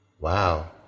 wow